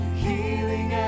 healing